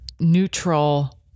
neutral